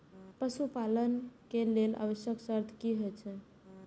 पशु पालन के लेल आवश्यक शर्त की की छै?